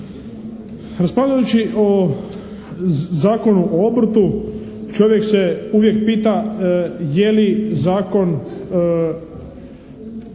Raspravljajući o Zakonu o obrtu čovjek se uvijek pita je li zakon